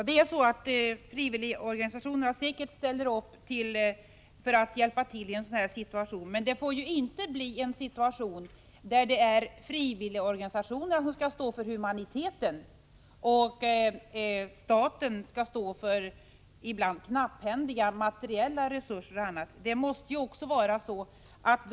Herr talman! Frivilligorganisationerna ställer säkert upp för att hjälpa till i dessa situationer, men det får inte bli så att frivilligorganisationerna skall stå för humaniteten och staten stå för de ibland knapphändiga materiella resurserna och annat.